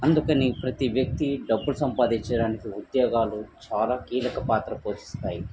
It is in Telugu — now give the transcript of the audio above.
అందుకని ప్రతి వ్యక్తి డబ్బు సంపాదించడానికి ఉద్యోగాలు చాలా కీలక పాత్ర పోషిస్తాయి